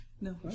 no